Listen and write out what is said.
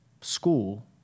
school